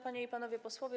Panie i Panowie Posłowie!